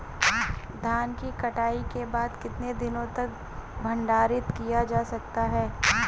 धान की कटाई के बाद कितने दिनों तक भंडारित किया जा सकता है?